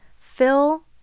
fill